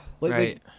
right